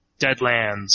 Deadlands